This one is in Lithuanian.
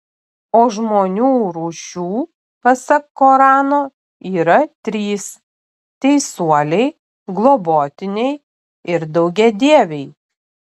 o žmonių rūšių pasak korano yra trys teisuoliai globotiniai ir daugiadieviai